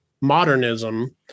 modernism